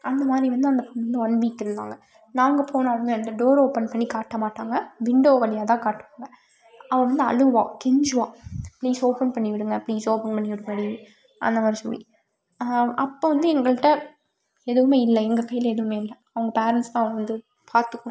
அந்தமாதிரி வந்து one week இருந்தாங்க நாங்கள் போனாலுமே வந்து டோர் ஓபன் பண்ணி காட்ட மாட்டாங்க விண்டோ வழியாக தான் காட்டுவாங்க அவள் வந்து அழுவாள் கெஞ்சுவாள் ப்ளீஸ் ஓபன் பண்ணி விடுங்க ப்ளீஸ் ஓபன் பண்ணி விடுங்கடி அந்தமாதிரி சொல்லி அப்போ வந்து எங்கள்கிட்ட எதுவுமே இல்லை எங்கள் கையில் எதுவுமே இல்லை அவங்க பேரன்ட்ஸ் தான் வந்து பார்த்துக்கணும்